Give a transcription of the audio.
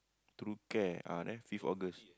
True Care ah there fifth August